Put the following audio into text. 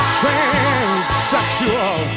transsexual